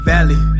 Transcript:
Valley